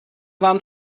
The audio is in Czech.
vám